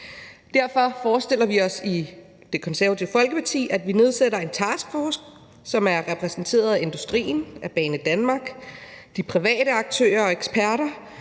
Derfor forestiller vi os i Det Konservative Folkeparti, at vi nedsætter en taskforce, som er repræsenteret af industrien, Banedanmark og de private aktører og eksperter,